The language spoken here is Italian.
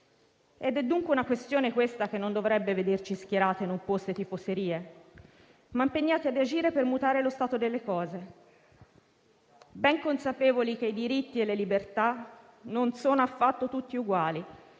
È dunque una questione, questa, che non dovrebbe vederci schierati in opposte tifoserie, ma impegnati ad agire per mutare lo stato delle cose, ben consapevoli che i diritti e le libertà non sono affatto tutti uguali